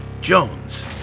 Jones